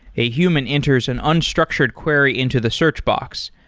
a human enters an unstructured query into the search box.